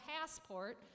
passport